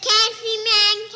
Candyman